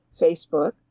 Facebook